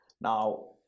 now